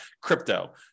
crypto